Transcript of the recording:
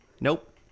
nope